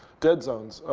dead zones.